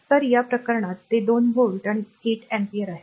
तर या प्रकरणात ते 2 व्होल्ट आणि 8 अँपिअर आहे